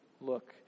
look